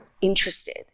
interested